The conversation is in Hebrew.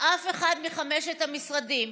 ואף אחד מחמשת המשרדים,